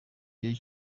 gihe